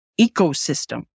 ecosystem